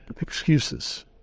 excuses